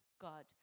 God